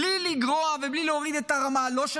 בלי לגרוע ובלי להוריד את הרמה לא של